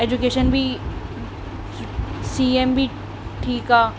education बि C M बि ठीकु आहे